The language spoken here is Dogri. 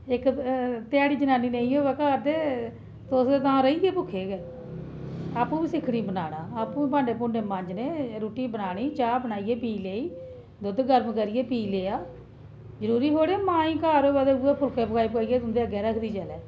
इक ध्याड़ी जनानी नेईं होऐ घर ते तुस ते तां रेही गे भुक्खे गै आपूं बी सिक्खना बनाना आपूं बी भांडे भूंडे मांजने रुट्टी बनानी चाह्' बनाई पी लेई दुद्ध गर्म करियै पी लेआ जरुरी थोह्ड़े ऐ मां गै घर होऐ ते उ'ऐ फुलके बनाई बनाई तुंदे अग्गै रखदी चलै